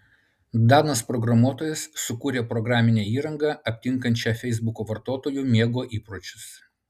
danas programuotojas sukūrė programinę įrangą aptinkančią feisbuko vartotojų miego įpročius